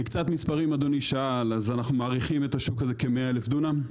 קצת מספרים: אנחנו מעריכים את שוק האגרו בכ-100,000 דונם.